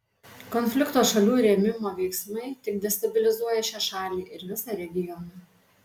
konflikto šalių rėmimo veiksmai tik destabilizuoja šią šalį ir visą regioną